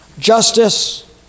Justice